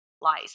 Lies